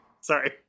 Sorry